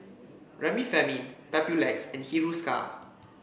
Remifemin Papulex and Hiruscar